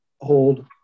hold